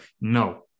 No